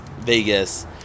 vegas